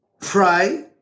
pray